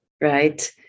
Right